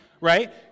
Right